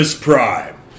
Prime